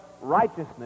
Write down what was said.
righteousness